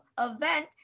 event